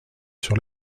sur